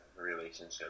relationship